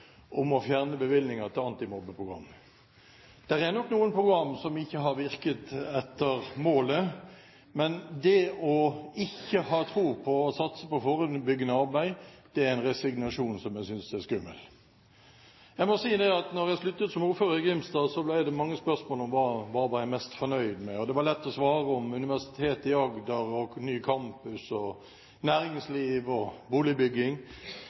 om å fjerne bevilgninger til antimobbeprogram. Det er nok noen program som ikke har virket etter hensikten, men det å ikke ha tro på og satse på forebyggende arbeid er en resignasjon som jeg synes er skummel. Jeg må si at da jeg sluttet som ordfører i Grimstad, ble det mange spørsmål om hva jeg var mest fornøyd med. Det var lett å svare Universitetet i Agder og ny campus og næringsliv og boligbygging.